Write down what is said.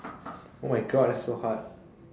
oh my god that's so hard